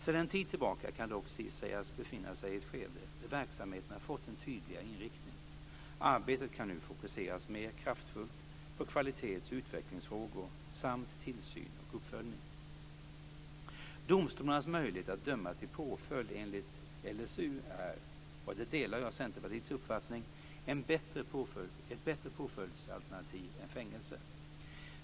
Sedan en tid tillbaka kan dock SiS sägas befinna sig i ett skede där verksamheten har fått en tydligare inriktning. Arbetet kan nu fokuseras mer kraftfullt på kvalitets och utvecklingsfrågor samt tillsyn och uppföljning. Domstolarnas möjligheter att döma till påföljd enligt LSU är - där delar jag Centerpartiets uppfattning - ett bättre påföljdsalternativ än fängelse.